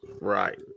right